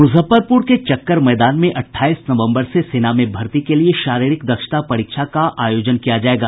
मुजफ्फरपुर के चक्कर मैदान में अठाईस नवम्बर से सेना में भर्ती के लिए शारीरिक दक्षता परीक्षा का आयोजन किया जायेगा